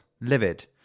livid